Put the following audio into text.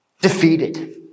defeated